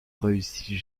réussit